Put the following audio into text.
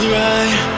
right